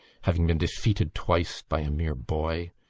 having been defeated twice by a mere boy.